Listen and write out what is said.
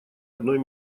одной